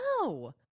No